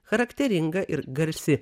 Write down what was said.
charakteringa ir garsi